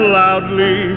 loudly